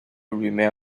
remain